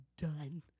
done